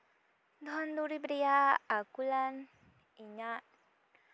ᱫᱷᱚᱱ ᱫᱩᱨᱤᱵᱽ ᱨᱮᱭᱟᱜ ᱟᱹᱠᱩᱞᱟᱱ ᱤᱧᱟᱹᱜ